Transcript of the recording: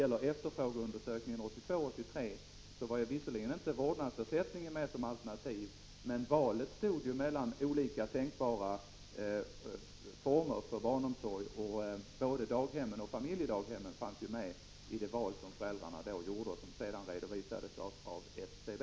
Vid efterfrågeundersökningen 1982/83 var visserligen inte vårdnadsersättningen med som alternativ, men valet stod mellan olika tänkbara former för barnomsorgen, både daghem och familjedaghem. Resultatet redovisades av SCB.